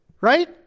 Right